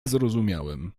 zrozumiałem